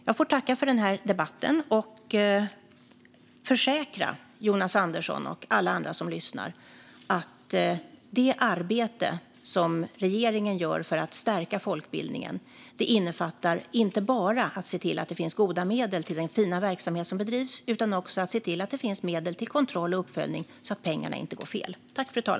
Jag får tacka för debatten och försäkra Jonas Andersson och alla andra som lyssnar att det arbete som regeringen gör för att stärka folkbildningen innefattar inte bara att se till att det finns goda medel till den fina verksamhet som bedrivs utan också att se till att det finns medel till kontroll och uppföljning så att pengarna inte hamnar fel.